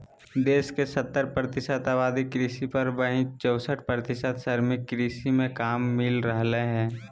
देश के सत्तर प्रतिशत आबादी कृषि पर, वहीं चौसठ प्रतिशत श्रमिक के कृषि मे काम मिल रहल हई